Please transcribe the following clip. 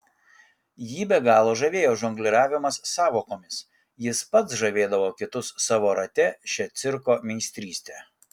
jį be galo žavėjo žongliravimas sąvokomis jis pats žavėdavo kitus savo rate šia cirko meistryste